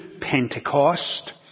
Pentecost